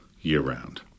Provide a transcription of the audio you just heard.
year-round